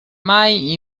mai